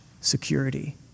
security